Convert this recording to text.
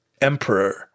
emperor